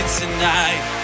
tonight